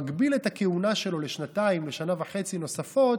מגביל את הכהונה שלו לשנתיים או שנה וחצי נוספות,